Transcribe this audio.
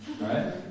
right